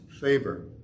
favor